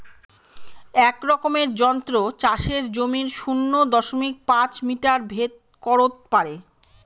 এক রকমের যন্ত্র চাষের জমির শূন্য দশমিক পাঁচ মিটার ভেদ করত পারে